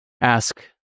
ask